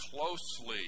closely